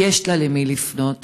יש לה למי לפנות